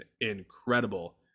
incredible